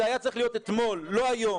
זה היה צריך להיות אתמול, לא היום.